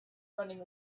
running